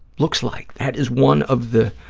looks like. that is one of the